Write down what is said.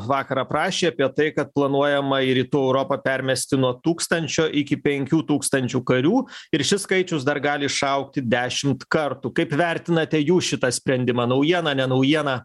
vakar aprašė apie tai kad planuojama į rytų europą permesti nuo tūkstančio iki penkių tūkstančių karių ir šis skaičius dar gali išaugti dešimt kartų kaip vertinate jų šitą sprendimą naujiena ne naujiena